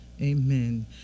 amen